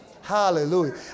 Hallelujah